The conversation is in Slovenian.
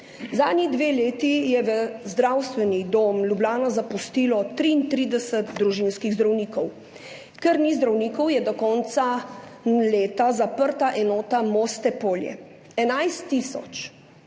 Zadnji dve leti je Zdravstveni dom Ljubljana zapustilo 33 družinskih zdravnikov. Ker ni zdravnikov, je do konca leta zaprta enota Moste Polje.< 11 tisoč,